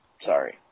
Sorry